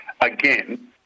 again